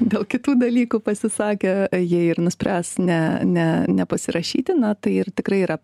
dėl kitų dalykų pasisakė jei ir nuspręs ne ne nepasirašyti na tai ir tikrai yra